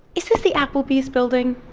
is this the applebee's building?